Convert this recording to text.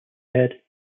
said